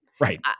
right